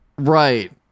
Right